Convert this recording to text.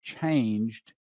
changed